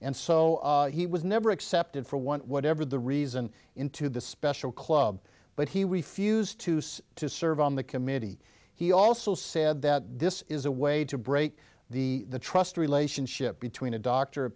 and so he was never accepted for whatever the reason into the special club but he refused to say to serve on the committee he also said that this is a way to break the trust relationship between a doctor a